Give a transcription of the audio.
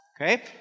Okay